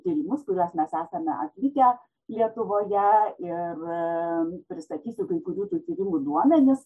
tyrimus kuriuos mes esame atlikę lietuvoje ir pristatysiu kai kurių tų tyrimų duomenis